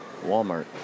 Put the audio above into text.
Walmart